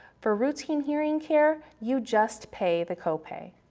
for routine hearing care, you just pay the copay.